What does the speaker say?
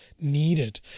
needed